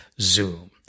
Zoom